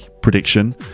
prediction